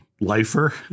lifer